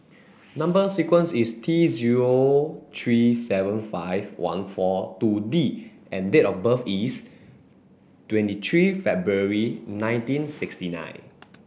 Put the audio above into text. number sequence is T zero three seven five one four two D and date of birth is twenty three February nineteen sixty nine